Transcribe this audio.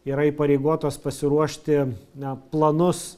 yra įpareigotos pasiruošti na planus